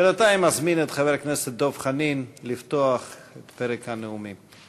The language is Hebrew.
בינתיים אזמין את חבר הכנסת דב חנין לפתוח את פרק הנאומים.